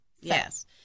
Yes